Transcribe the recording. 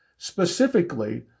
specifically